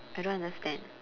I don't understand